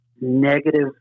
negative